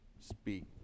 speak